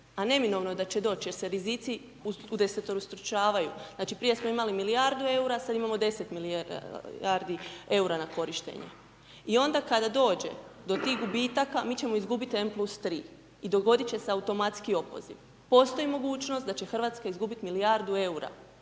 a neminovno je da će doći, jer se rizici udesetostručavaju, znači prije smo imali milijardu EUR-a, sad imamo 10 milijardi EUR-a na korištenje. I onda kada dođe do tih gubitaka, mi ćemo izgubiti M+3, i dogodit će se automatski opoziv. Postoji mogućnost da će Hrvatska izgubiti milijardu EUR-a,